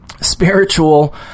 spiritual